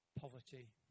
poverty